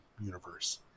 Universe